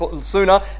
sooner